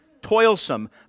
Toilsome